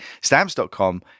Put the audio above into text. Stamps.com